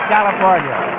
California